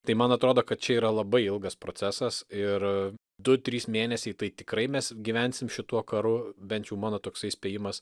tai man atrodo kad čia yra labai ilgas procesas ir du trys mėnesiai tai tikrai mes gyvensim šituo karu bent jau mano toksai spėjimas